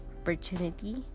Opportunity